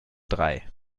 drei